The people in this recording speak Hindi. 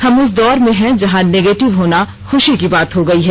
हम उस दौर में हैं जहां नेगेटिव होना खुशी की बात हो गई है